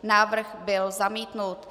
Návrh byl zamítnut.